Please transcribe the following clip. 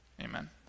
amen